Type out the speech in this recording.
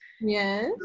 Yes